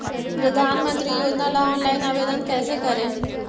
प्रधानमंत्री योजना ला ऑनलाइन आवेदन कैसे करे?